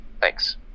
Thanks